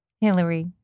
Hillary